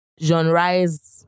genreize